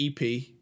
EP